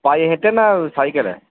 পায়ে হেঁটে না সাইকেলে